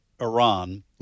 Iran